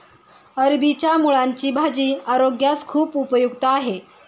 अरबीच्या मुळांची भाजी आरोग्यास खूप उपयुक्त आहे